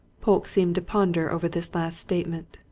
polke seemed to ponder over this last statement.